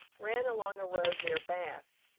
ran along a road near bath,